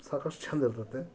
ಸಾಕಷ್ಟು ಛಂದ ಇರ್ತದೆ